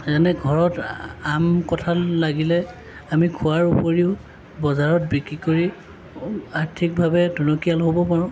যেনে ঘৰত আম কঠাল লাগিলে আমি খোৱাৰ উপৰিও বজাৰত বিক্ৰী কৰি আৰ্থিকভাৱে টনকিয়াল হ'ব পাৰোঁ